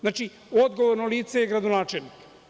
Znači, odgovorno lice je gradonačelnik.